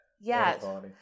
Yes